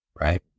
Right